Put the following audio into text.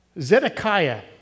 Zedekiah